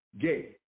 gay